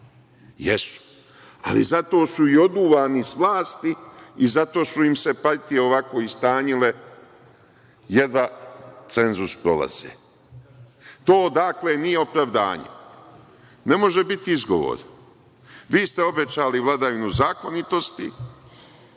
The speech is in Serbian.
jesu, ali zato su i oduvani s vlasti i zato su im se partije ovako istanjile, jedva cenzus prolaze. To, dakle, nije opravdanje. Ne može biti izgovor. Vi ste obećali vladavinu zakonitosti